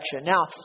Now